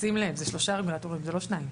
שים לב זה שלושה רגולטורים לא שניים.